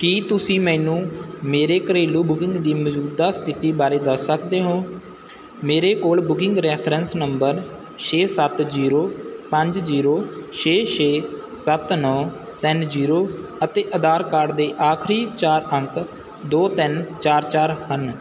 ਕੀ ਤੁਸੀਂ ਮੈਨੂੰ ਮੇਰੇ ਘਰੇਲੂ ਬੁੱਕਿੰਗ ਦੀ ਮੌਜੂਦਾ ਸਥਿਤੀ ਬਾਰੇ ਦੱਸ ਸਕਦੇ ਹੋ ਮੇਰੇ ਕੋਲ ਬੁੱਕਿੰਗ ਰੇਫਰੈਂਸ ਨੰਬਰ ਛੇ ਸੱਤ ਜ਼ੀਰੋੋ ਪੰਜ ਜ਼ੀਰੋੋ ਛੇ ਛੇ ਸੱਤ ਨੌਂ ਤਿੰਨ ਜ਼ੀਰੋ ਅਤੇ ਆਧਾਰ ਕਾਰਡ ਦੇ ਆਖਰੀ ਚਾਰ ਅੰਕ ਦੋ ਤਿੰਨ ਚਾਰ ਚਾਰ ਹਨ